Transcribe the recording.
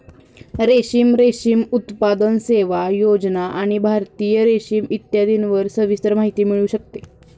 रेशीम, रेशीम उत्पादन, सेवा, योजना आणि भारतीय रेशीम इत्यादींविषयी सविस्तर माहिती मिळू शकते